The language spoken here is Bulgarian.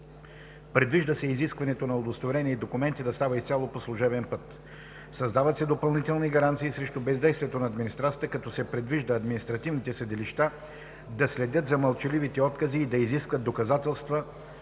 Предвижда се изискването на удостоверения и документи да става изцяло по служебен път. Създават се допълнителни гаранции срещу бездействието на администрацията, като се предвижда административните съдилища да следят за мълчаливите откази и да изискват доказателства